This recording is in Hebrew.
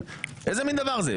איזה מן דבר זה?